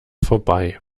vorbei